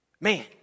Man